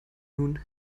nun